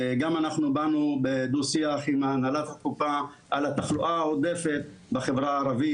גם אנחנו באנו בדו שיח עם הנהלת הקופה על התחלואה העודפת בחברה ערבית,